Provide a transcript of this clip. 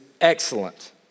excellent